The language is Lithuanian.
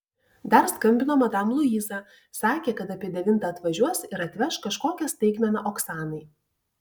dar skambino madam luiza sakė kad apie devintą atvažiuos ir atveš kažkokią staigmeną oksanai